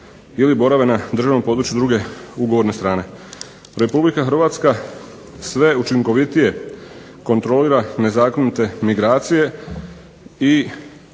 ili borave na državnom području druge ugovorne strane. Republika Hrvatska sve učinkovitije kontrolira nezakonite migracije i